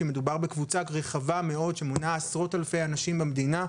כי מדובר בקבוצה רחבה מאוד שמונה עשרות אנשים במדינה,